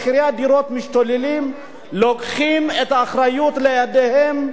ואם מחירי הדירות משתוללים הן לוקחות את האחריות לידיהן.